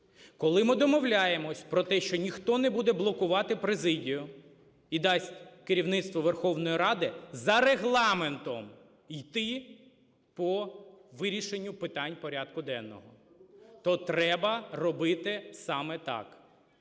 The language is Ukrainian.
Коли ми домовляємось про те, що ніхто не буде блокувати президію і дасть керівництву Верховної Ради за Регламентом йти по вирішенню питань порядку денного, то треба робити саме так.